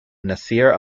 nasir